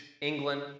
England